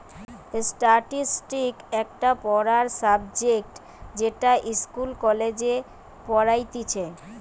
statistics একটা পড়ার subject যেটা ইস্কুলে, কলেজে পড়াইতিছে